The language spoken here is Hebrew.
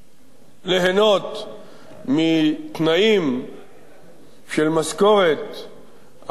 ליהנות מתנאים של משכורת הגבוהה,